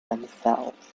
themselves